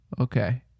Okay